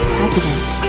President